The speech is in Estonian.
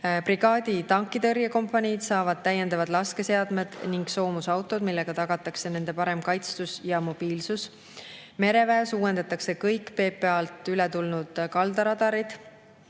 Brigaadi tankitõrjekompaniid saavad täiendavad laskeseadmed ning soomusautod, millega tagatakse nende parem kaitstus ja mobiilsus. Mereväes uuendatakse kõiki PPA-lt üle [võetud] kaldaradareid.